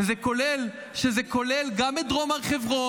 שזה כולל גם את דרום הר חברון,